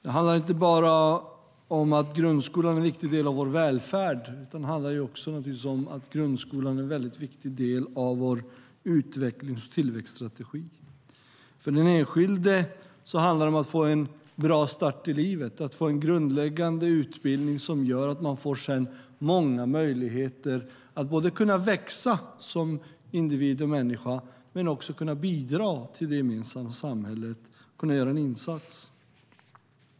Det handlar inte bara om att grundskolan är en viktig del av vår välfärd utan också om att grundskolan är en viktig del av vår utvecklings och tillväxtstrategi. För den enskilde handlar det om att få en bra start i livet, att få en grundläggande utbildning som gör att man sedan har många möjligheter både att växa som individ och människa och att bidra till det gemensamma samhället och göra en insats.